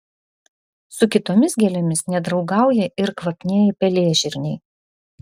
su kitomis gėlėmis nedraugauja ir kvapnieji pelėžirniai